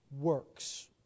works